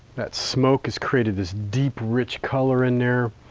that smoke has created this deep rich color in there.